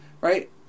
right